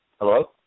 Hello